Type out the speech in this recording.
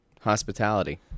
hospitality